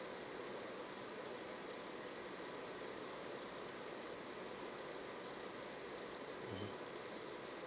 mmhmm